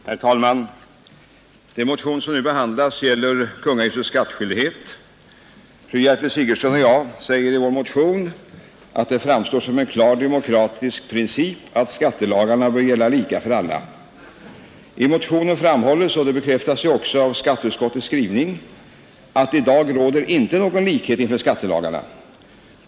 Herr talman! Den motion som nu behandlas gäller kungahusets skattskyldighet. Fru Gertrud Sigurdsen och jag säger i vår motion att det ”framstår som en klar demokratisk princip att skattelagarna bör gälla lika för alla”. I motionen framhålles — och det bekräftas också i skatteutskottets skrivning — att i dag råder inte någon likhet inför skattelagarna.